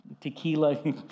tequila